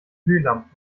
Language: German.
glühlampen